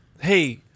hey